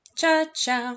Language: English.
Cha-cha